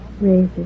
raises